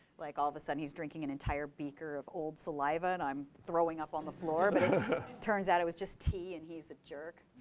like all of the sudden he's drinking an entire beaker of old saliva and i'm throwing up on the floor, but it turns out it was just tea and he's a jerk.